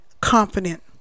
confident